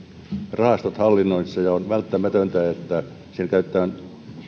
rahastot hallinnoitavana ja on välttämätöntä että siihen käytetään